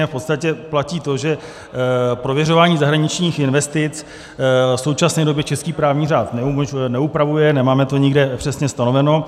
V podstatě platí to, že prověřování zahraničních investic v současné době český právní řád neupravuje, nemáme to nikde přesně stanoveno.